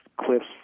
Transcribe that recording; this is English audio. Cliff's